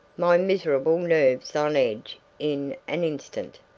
my miserable nerves on edge in an instant.